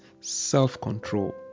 self-control